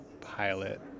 pilot